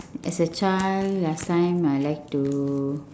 as a child last time I like to